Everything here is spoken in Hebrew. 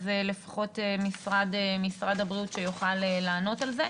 אז לפחות משרד הבריאות שיוכל לענות על זה.